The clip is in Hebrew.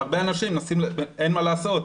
הרבה אנשים מנסים, אין מה לעשות,